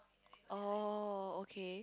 oh okay